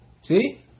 See